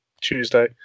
Tuesday